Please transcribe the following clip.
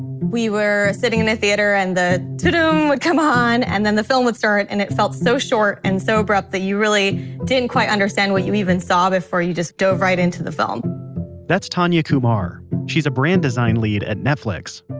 we were sitting in the theater and the toudum would come on and then the film would start and it felt so short and so abrupt that you really didn't quite understand what you even saw before you just went, you dove right into the film that's tanya kumar, she's a brand design lead at netflix.